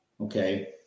okay